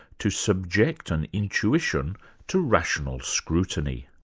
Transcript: to subject an intuition to rational scrutiny.